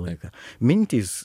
laiką mintys